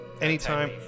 anytime